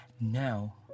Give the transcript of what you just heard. Now